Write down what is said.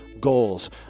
goals